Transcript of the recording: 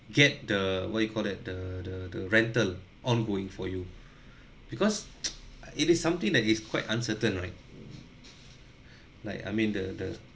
get the what you call that the the the rental ongoing for you because it is something that is quite uncertain right like I mean the the